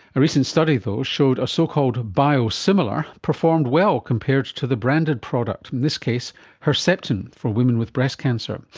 a recent study though showed a so-called biosimilar performed well compared to the branded product, in this case herceptin for women with breast cancer.